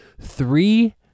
three